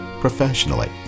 professionally